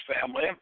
family